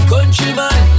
Countryman